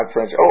French